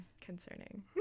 Concerning